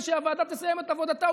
כשהוועדה תסיים את עבודתה,